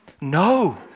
No